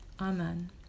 amen